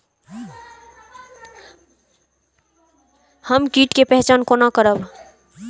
हम कीट के पहचान कोना करब?